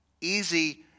Easy